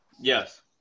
Yes